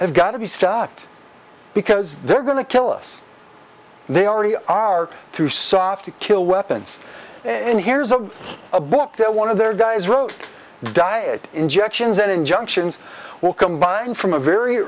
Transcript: have got to be stocked because they're going to kill us they already are too soft to kill weapons in here's a a book there one of their guys wrote diet injections and injunctions will combine from a very